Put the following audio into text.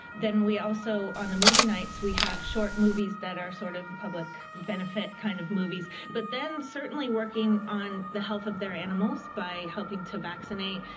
then we also on movie nights we have short movies that are sort of public benefit kind of movies. but then certainly working on the health of their animals by helping to vaccinate,